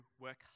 work